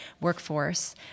workforce